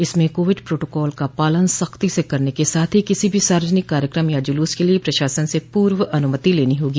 इसमें COVID protocol का सख्ती से पालन करने के साथ ही किसी भी सार्वजनिक कार्यकम या जुलूस के लिए प्रशासन से पूर्व अनुमति लेनी होगी